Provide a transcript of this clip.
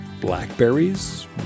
blackberries